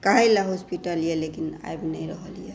कहै लऽ हॉस्पिटल यऽ लेकिन आबि नहि रहल यऽ